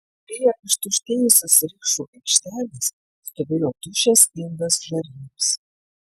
prie ištuštėjusios rikšų aikštelės stovėjo tuščias indas žarijoms